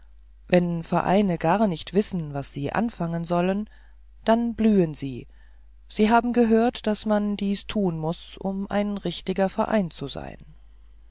wenn vereine gar nicht wissen was sie anfangen sollen dann blühen sie sie haben gehört daß man dies tun muß um ein richtiger verein zu sein